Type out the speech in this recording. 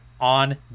on